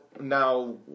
now